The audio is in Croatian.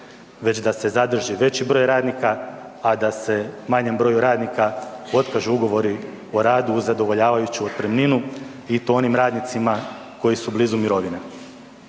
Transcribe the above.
već da se zadrži veći broj radnika, a da se manjem broju radnika otkažu ugovori o radu uz zadovoljavajuću otpremninu i to onim radnicima koji su blizu mirovine.